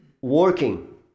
working